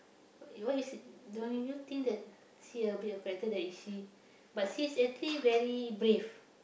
what why you see don't you think that see a bit of character that is she but she's actually very brave